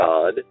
God